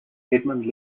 edmond